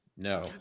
No